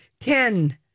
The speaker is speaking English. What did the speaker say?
ten